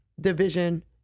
division